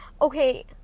Okay